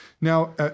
Now